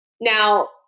now